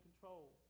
control